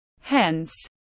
Hence